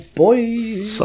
boys